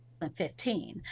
2015